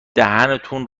دهنتون